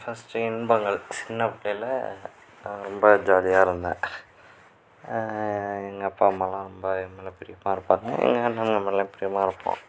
first இன்பங்கள் சின்ன பிள்ளைல நான் ரொம்ப ஜாலியாயிருந்தேன் எங்கள் அப்பா அம்மாலாம் ரொம்ப என் மேலே பிரியமாக இருப்பாங்க எங்கள் அண்ணன்கள் மேலேயும் பிரியமாகருப்போம்